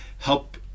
help